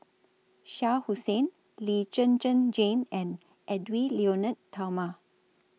Shah Hussain Lee Zhen Zhen Jane and Edwy Lyonet Talma